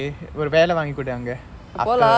eh ஒறு வேல வாங்கிகுடு அங்க:oru vela vaangikudu anga after